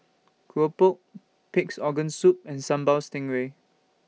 Keropok Pig'S Organ Soup and Sambal Stingray